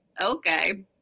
okay